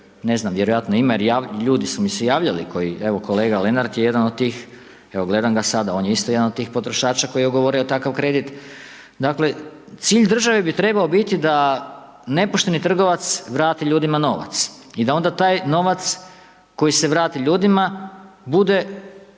ne znam, vjerojatno ima jer ljudi su mi se javljali koji, evo, kolega Lenart je jedan od tih, evo, gledam ga sada, on je isto jedan od tih potrošača koji je ugovorio takav kredit, dakle, cilj države bi trebao biti da nepošteni trgovac vrati ljudima novac i da onda taj novac koji se vrati ljudima bude